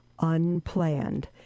unplanned